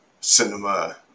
cinema